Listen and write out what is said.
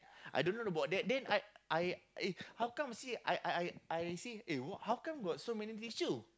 I don't know about that then I I I how come seh I I I say eh how come got so many tissue